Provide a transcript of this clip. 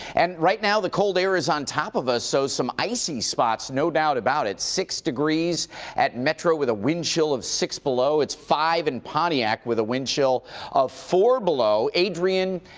and right now, the cold air is on top of us, so some icy spots, no doubt about it. six degrees at metro with a wind chill of six below. it's five in pontiac with a wind chill of four below. adrian,